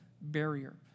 barrier